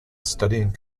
studying